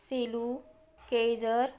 Silu केयजर